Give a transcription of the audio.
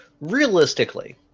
realistically